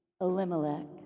Elimelech